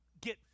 get